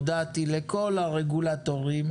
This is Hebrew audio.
הודעתי לכל הרגולטורים,